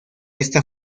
esta